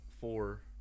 four